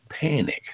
panic